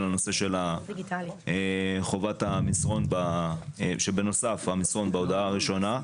הנושא של חובת המסרון שהוא בנוסף בהודעה הראשונה.